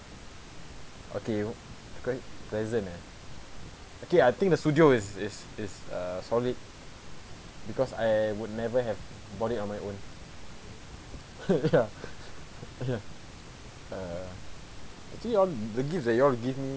okay present ah okay I think the studio is is is uh solid because I would never have bought it on my own ya ya uh actually all the gifts that you all give me